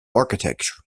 architecture